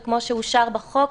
וכמו שהוא אושר בחוק,